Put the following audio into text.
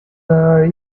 are